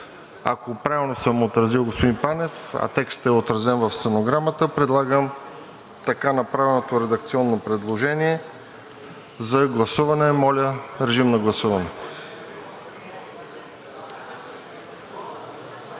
Ако правилно съм отразил, господин Панев, а текстът е отразен в стенограмата, предлагам така направеното редакционно предложение за гласуване. Гласуваме